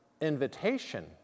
invitation